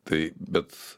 tai bet